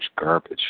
garbage